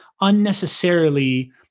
unnecessarily